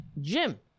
Jim